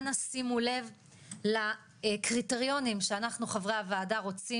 אנא שימו לב לקריטריונים שאנחנו חברי הועדה רוצים